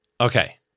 Okay